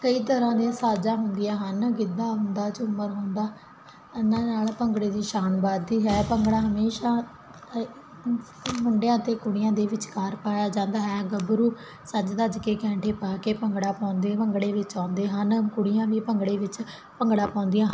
ਕਈ ਤਰ੍ਹਾਂ ਦੇ ਸਾਜਾਂ ਹੁੰਦੀਆਂ ਹਨ ਗਿੱਧਾ ਹੁੰਦਾ ਝੁੰਮਰ ਹੁੰਦਾ ਇਹਨਾਂ ਨਾਲ ਭੰਗੜੇ ਦੀ ਸ਼ਾਨ ਵੱਧਦੀ ਹੈ ਭੰਗੜਾ ਹਮੇਸ਼ਾ ਮੁੰਡਿਆਂ ਅਤੇ ਕੁੜੀਆਂ ਦੇ ਵਿਚਕਾਰ ਪਾਇਆ ਜਾਂਦਾ ਹੈ ਗੱਭਰੂ ਸੱਜ ਧੱਜ ਕੇ ਕੈਂਠੇ ਪਾ ਕੇ ਭੰਗੜਾ ਪਾਉਂਦੇ ਭੰਗੜੇ ਵਿੱਚ ਆਉਂਦੇ ਹਨ ਕੁੜੀਆਂ ਵੀ ਭੰਗੜੇ ਵਿੱਚ ਭੰਗੜਾ ਪਾਉਂਦੀਆਂ